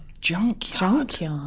Junkyard